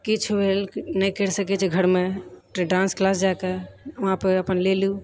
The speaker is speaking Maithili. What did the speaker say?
किछु भेल नहि करि सकैत छिऐ घरमे तऽ डान्स क्लास जाकऽ वहाँपर अपन ले लु